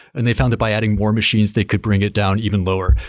and they found that by adding more machines, they could bring it down even lower.